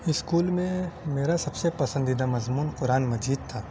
school میں میرا سب سے پسندیدہ مضمون قرآن مجید تھا